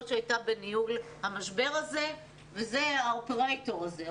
שהייתה בניהול המשבר הזה והיא האופרייטור הזה.